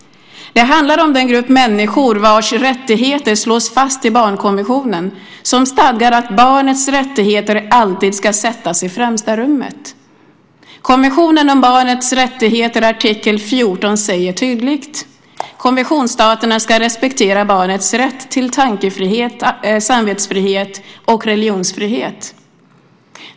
Det handlar om den grupp människor vars rättigheter slås fast i barnkonventionen, som stadgar att barnens rättigheter alltid ska sättas i främsta rummet. Konventionen om barnets rättigheter, artikel 14, säger tydligt att konventionsstaterna ska respektera barnets rätt till tankefrihet, samvetsfrihet och religionsfrihet.